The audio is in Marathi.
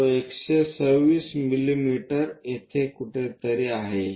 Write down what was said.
तो 126 मिमी येथे कुठेतरी आहे